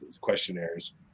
questionnaires